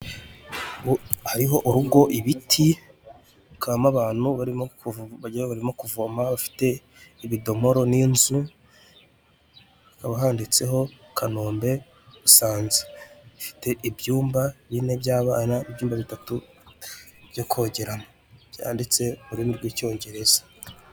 Ubu hariho urugo ibiti kamo abantu barimo wagira ngo bari kuvoma bafite ibidomoro n'inzu, abaditseho Kanombe Busanza bifite ibyumba bine by'abana ibyumba bitatu byo kogeramo byanditse ururimi rw'Icyongereza.